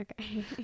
Okay